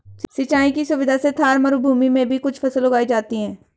सिंचाई की सुविधा से थार मरूभूमि में भी कुछ फसल उगाई जाती हैं